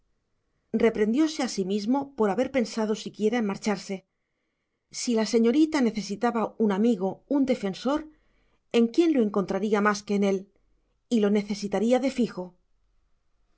a sí mismo por haber pensado siquiera en marcharse si la señorita necesitaba un amigo un defensor en quién lo encontraría más que en él y lo necesitaría de fijo